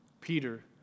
Peter